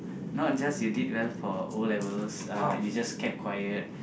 not just you did well for O-levels uh you just kept quiet